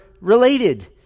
related